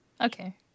Okay